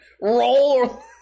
roll